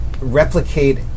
replicate